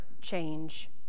change